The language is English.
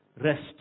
rest